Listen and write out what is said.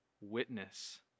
witness